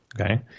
okay